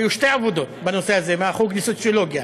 היו שתי עבודות בנושא הזה בחוג לסוציולוגיה.